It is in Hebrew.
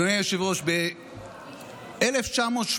אדוני היושב-ראש, ב-1986